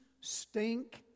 stink